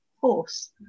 Horse